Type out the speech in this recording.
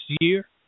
year